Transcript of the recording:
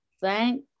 thank